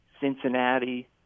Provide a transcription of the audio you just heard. Cincinnati